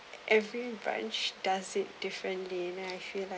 every branch does it differently then I feel